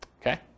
Okay